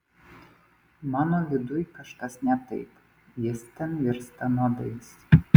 mano viduj kažkas ne taip jis ten virsta nuodais